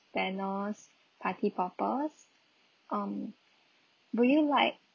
banners party poppers um would you like